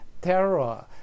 terror